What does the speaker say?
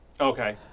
Okay